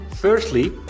Firstly